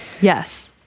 Yes